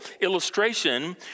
illustration